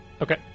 Okay